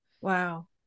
Wow